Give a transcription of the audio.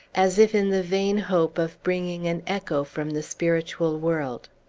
as if in the vain hope of bringing an echo from the spiritual world.